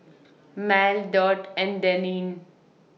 Mal Dot and Denine